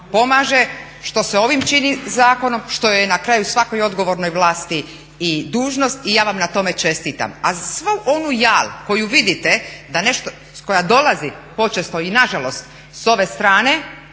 pomaže što se ovim čini zakonom što je na kraju svakoj odgovornoj vlasti i dužnost i ja vam na tome čestitam. A za sav onaj jal koji vidite, koji dolazi počesto i nažalost s ove strane,